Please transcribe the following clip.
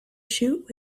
shoot